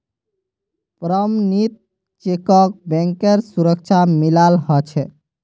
प्रमणित चेकक बैंकेर सुरक्षा मिलाल ह छे